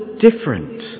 different